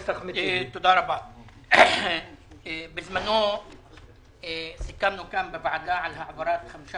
סיכמנו בזמנו כאן בוועדה על העברת חמישה